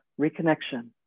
Reconnection